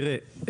תראה,